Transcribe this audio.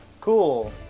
cool